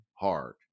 hard